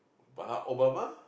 Barack-Obama